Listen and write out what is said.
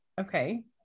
Okay